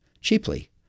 cheaply